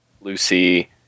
Lucy